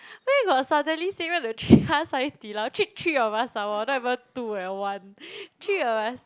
where got suddenly say want to treat us Hai-Di-Lao treat three of us some more not even two eh one three of us